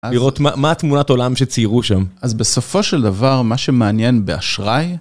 לראות מה התמונת עולם שציירו שם. אז בסופו של דבר, מה שמעניין באשראי...